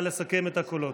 נא לסכם את הקולות.